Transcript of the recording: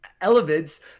elements